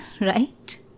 right